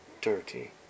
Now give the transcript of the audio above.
dirty